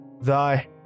Thy